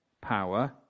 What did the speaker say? power